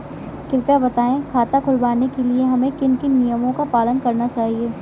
कृपया बताएँ खाता खुलवाने के लिए हमें किन किन नियमों का पालन करना चाहिए?